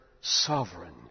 sovereign